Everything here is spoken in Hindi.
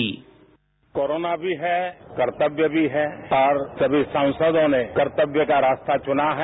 साउंड बाईट कोरोना भी है कर्तव्य भी है और सभी सांसदों ने कर्तव्य का रास्ता चुना है